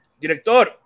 Director